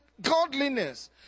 godliness